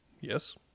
Yes